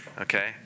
okay